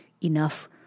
enough